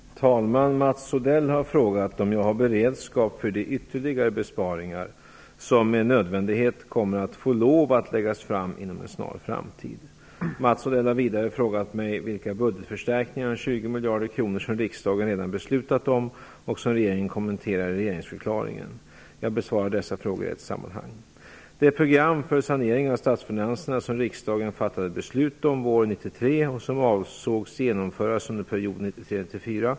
Herr talman! Mats Odell har frågat om jag har beredskap för de ytterligare besparingar som med nödvändighet kommer att få lov att läggas fram inom en snar framtid. Mats Odell har vidare frågat mig vilka budgetförstärkningar om 20 miljarder kronor som riksdagen redan beslutat om och som regeringen kommenterar i regeringsförklaringen. Jag besvarar dessa frågor i ett sammanhang.